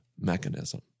mechanism